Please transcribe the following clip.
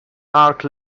arch